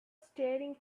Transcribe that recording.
staring